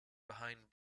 behind